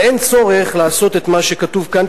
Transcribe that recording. אבל אין צורך לעשות את מה שכתוב כאן,